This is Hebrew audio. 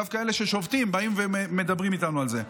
דווקא אלה ששובתים באים ומדברים איתנו על זה.